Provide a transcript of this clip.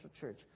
Church